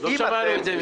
לא שמענו.